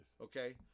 Okay